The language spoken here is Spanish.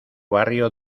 barrio